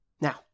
Now